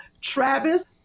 Travis